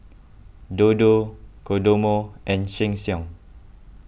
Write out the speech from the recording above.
Dodo Kodomo and Sheng Siong